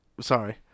Sorry